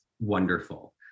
wonderful